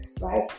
right